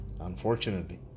unfortunately